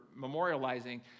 memorializing